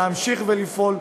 להמשיך ולפעול,